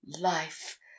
life